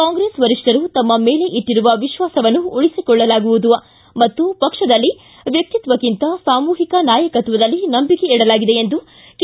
ಕಾಂಗ್ರೆಸ್ ವರಿಷ್ಠರು ತಮ್ಮ ಮೇಲೆ ಇಟ್ಟಿರುವ ವಿಶ್ವಾಸನ್ನು ಉಳಿಸಿಕೊಳ್ಳಲಾಗುವುದು ಮತ್ತು ಪಕ್ಷದಲ್ಲಿ ವ್ಯಕ್ತಿತ್ವಕ್ಕಿಂತ ಸಾಮೂಹಿಕ ನಾಯಕತ್ವದಲ್ಲಿ ನಂಬಿಕೆ ಇಡಲಾಗಿದೆ ಎಂದು ಕೆ